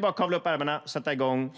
bara att kavla upp ärmarna och sätta igång.